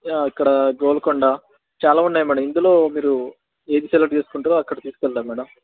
అక్కడ గోల్కొండ చాలా ఉన్నాయి మేడమ్ ఇందులో మీరు ఏది సెలక్ట్ చేసుకుంటారో అక్కడకి తీసుకెళతాము మేడం